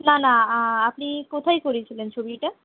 না না আপনি কোথায় করিয়েছিলেন ছবিটা